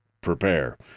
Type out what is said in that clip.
prepare